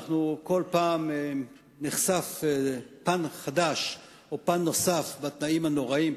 כל פעם נחשף פן חדש או פן נוסף בתנאים הנוראיים,